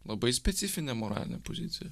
labai specifinė moralinė pozicija